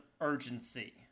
urgency